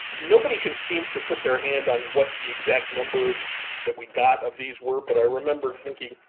nobody could seem to put their hand on what the exact number of that we got of these were, but i remember thinking,